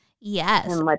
Yes